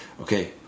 Okay